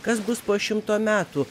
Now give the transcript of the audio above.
kas bus po šimto metų